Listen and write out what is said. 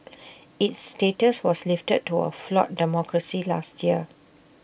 its status was lifted to A flawed democracy last year